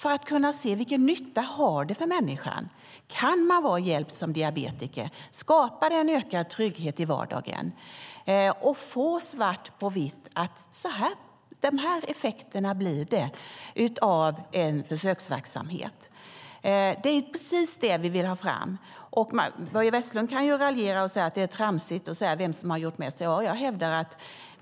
Vi vill se vilken nytta detta har för människan. Kan man få hjälp som diabetiker? Skapar det en ökad trygghet i vardagen? Då får vi genom en sådan försöksverksamhet svart på vitt vilka effekterna blir. Det är precis det vi vill ha fram. Börje Vestlund kan raljera och säga att det är tramsigt att ta upp vem som har gjort mest.